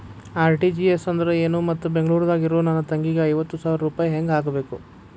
RTGS ಅಂದ್ರ ಏನು ಮತ್ತ ಬೆಂಗಳೂರದಾಗ್ ಇರೋ ನನ್ನ ತಂಗಿಗೆ ಐವತ್ತು ಸಾವಿರ ರೂಪಾಯಿ ಹೆಂಗ್ ಹಾಕಬೇಕು?